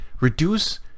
reduce